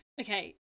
Okay